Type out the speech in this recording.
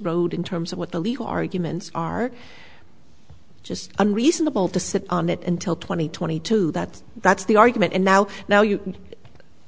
road in terms of what the legal arguments are just and reasonable to sit on it until two thousand and twenty two that's that's the argument and now now you know